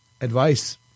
advice